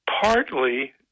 partly